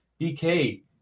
BK